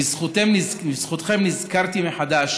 בזכותכם נזכרתי מחדש